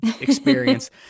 experience